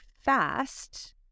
fast